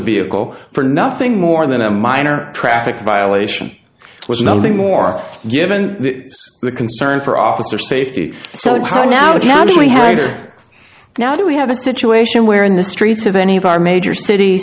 vehicle for nothing more than a minor traffic violation was nothing more given the concern for officer safety so now the family has now do we have a situation where in the streets of any of our major cit